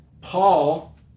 Paul